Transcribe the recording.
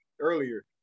earlier